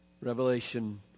Revelation